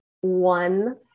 one